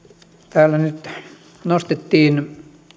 täällä nyt nostettiin